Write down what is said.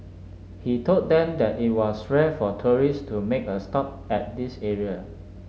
he told them that it was rare for tourist to make a stop at this area